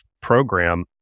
program